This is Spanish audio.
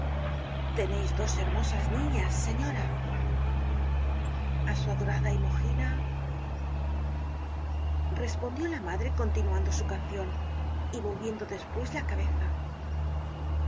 teneis dos hermosas niñas señora a su adorada imogina respondió la madre continuando su cancion y volviendo despues la cabeza